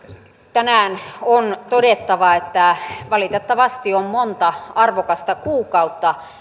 tänään on todettava että valitettavasti on monta arvokasta kuukautta